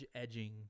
edging